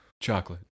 Chocolate